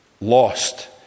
lost